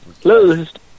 closed